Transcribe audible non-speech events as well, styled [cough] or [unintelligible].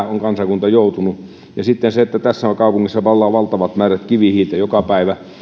[unintelligible] on kansakunta joutunut ja sitten se että tässä kaupungissa palaa valtavat määrät kivihiiltä joka päivä ja